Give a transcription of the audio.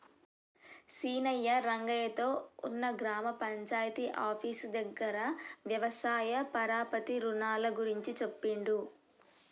సీనయ్య రంగయ్య తో ఉన్న గ్రామ పంచాయితీ ఆఫీసు దగ్గర వ్యవసాయ పరపతి రుణాల గురించి చెప్పిండు